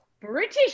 British